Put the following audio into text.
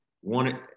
one